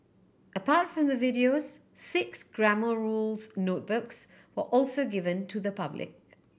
apart from the videos six Grammar Rules notebooks will also be given to the public